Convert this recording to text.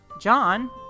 John